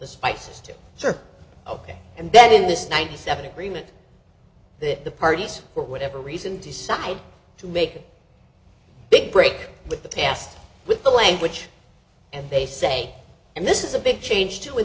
to ok and that in this ninety seven agreement that the parties for whatever reason decide to make a big break with the past with the language and they say and this is a big change too in